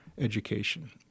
education